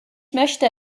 möchte